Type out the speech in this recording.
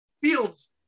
Fields